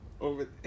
Over